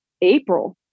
April